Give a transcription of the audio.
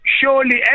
surely